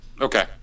Okay